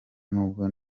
n’ubwo